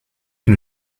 que